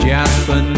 Jasper